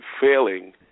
failing